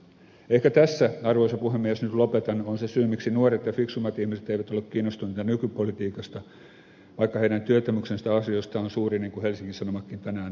ehkä tässä arvoisa puhemies nyt lopetan on se syy miksi nuoret ja fiksummat ihmiset eivät ole kiinnostuneita nykypolitiikasta vaikka heidän tietämyksensä asioista on suuri niin kuin helsingin sanomatkin tänään todistaa